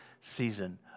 season